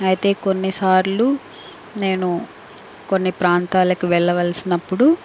అయితే కొన్నిసార్లు నేను కొన్ని ప్రాంతాలకు వెళ్ళవలసినప్పుడు